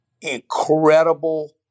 incredible